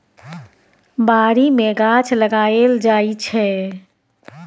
बारी मे गाछ लगाएल जाइ छै